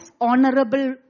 honorable